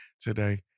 today